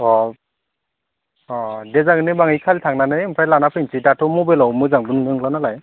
अ अ दे जागोन दे होनबा आं बै खालि थांनानै ओमफ्राय लानानै फैनोसै दाथ' मबाइलाव मोजांबो नुनाय नंला नालाय